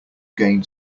gain